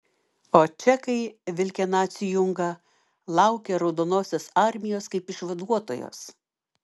o čekai vilkę nacių jungą laukė raudonosios armijos kaip išvaduotojos